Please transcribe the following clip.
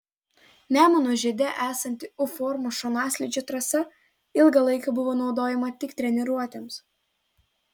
nemuno žiede esanti u formos šonaslydžio trasa ilgą laiką buvo naudojama tik treniruotėms